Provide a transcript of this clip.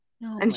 No